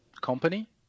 company